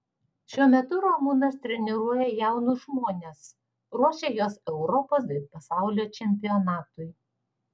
šiuo metu ramūnas treniruoja jaunus žmones ruošia juos europos bei pasaulio čempionatui